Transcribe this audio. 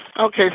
Okay